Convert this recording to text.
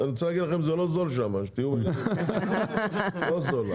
אני רוצה להגיד לכם שלא זול שם, לא זול.